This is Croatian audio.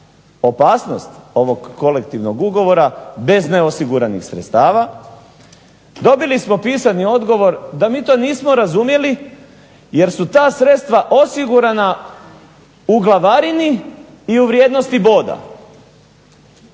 opasnost ovog kolektivnog ugovora bez neosiguranih sredstava. Dobili smo pisani odgovor da mi to nismo razumjeli, jer su ta sredstva osigurana u glavarini i u vrijednosti boda.